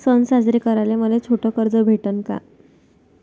सन साजरे कराले मले छोट कर्ज भेटन का?